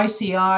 ICI